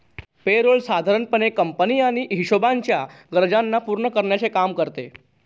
पे role साधारण पणे company आणि हिशोबाच्या गरजांना पूर्ण करण्याचे काम करते